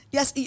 Yes